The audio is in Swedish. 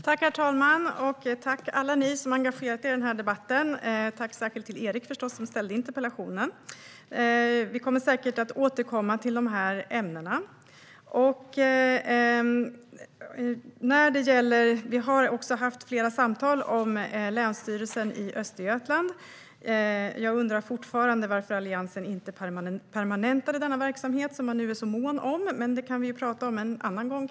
Herr talman! Tack, alla ni som har engagerat er i den här debatten, och tack särskilt till Erik Andersson som ställde interpellationen! Vi kommer säkert att återkomma till dessa ämnen. Vi har också haft flera samtal om länsstyrelsen i Östergötland. Jag undrar fortfarande varför Alliansen inte permanentade denna verksamhet som de nu är måna om, men det kan vi kanske tala om en annan gång.